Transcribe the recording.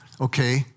Okay